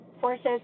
forces